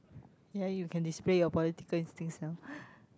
ye you can display your political instincts now